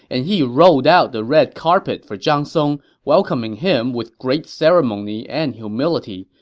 and he rolled out the red carpet for zhang song, welcoming him with great ceremony and humility,